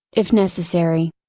if necessary.